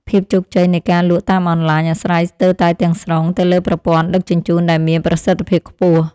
ភាពជោគជ័យនៃការលក់តាមអនឡាញអាស្រ័យស្ទើរតែទាំងស្រុងទៅលើប្រព័ន្ធដឹកជញ្ជូនដែលមានប្រសិទ្ធភាពខ្ពស់។